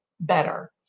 better